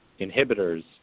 inhibitors